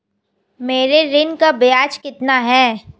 मेरे ऋण का ब्याज कितना है?